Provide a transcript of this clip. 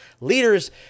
leaders